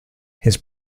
his